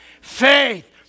Faith